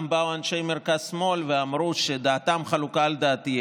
באו גם אנשי מרכז-שמאל שחלוקים בדעתם על דעתי,